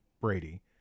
Brady